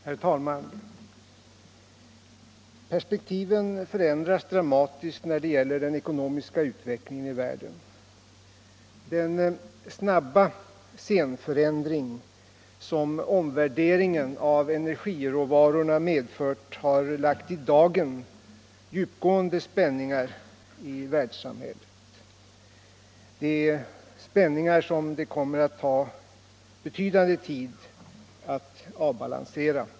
Herr talman! Perspektivet förändras dramatiskt när det gäller den ekonomiska utvecklingen i världen. Den snabba scenförändring som omvärderingen av energiråvarorna medfört har bragt i dagen djupgående spänningar i världssamhället — spänningar som det kommer att ta betydande tid att avbalansera.